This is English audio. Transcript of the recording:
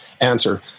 answer